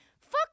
Fuck